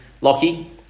Locky